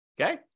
okay